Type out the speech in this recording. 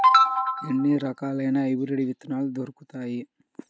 ఎన్ని రకాలయిన హైబ్రిడ్ విత్తనాలు దొరుకుతాయి?